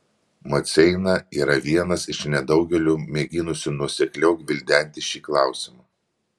maceina yra vienas iš nedaugelio mėginusių nuosekliau gvildenti šį klausimą